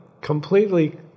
completely